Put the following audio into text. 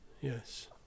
Yes